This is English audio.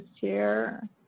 chair